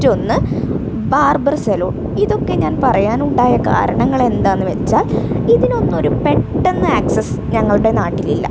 മറ്റൊന്ന് barber salon ഇതൊക്കെ ഞാൻ പറയാനുണ്ടായ കാരണങ്ങളെന്താന്ന് വെച്ചാൽ ഇതിനൊന്നൊര് പെട്ടന്ന് ആക്സസ് ഞങ്ങളുടെ നാട്ടിലില്ല